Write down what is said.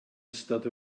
ystod